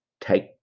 take